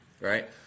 right